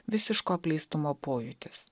visiško apleistumo pojūtis